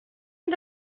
این